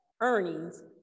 earnings